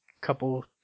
couple